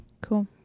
cool